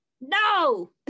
No